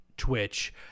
Twitch